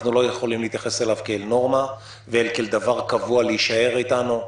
אנחנו לא יכולים להתייחס אליו כאל נורמה וכאל דבר קבוע שיישאר איתנו.